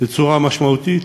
בצורה משמעותית,